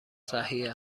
صحیح